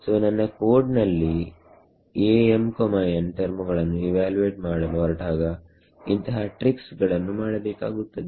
ಸೋನನ್ನ code ನಲ್ಲಿ ಟರ್ಮುಗಳನ್ನು evaluate ಮಾಡಲು ಹೊರಟಾಗ ಇಂತಹ ಟ್ರಿಕ್ಸ್ ಗಳನ್ನು ಮಾಡಬೇಕಾಗುತ್ತದೆ